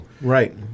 Right